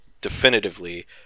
definitively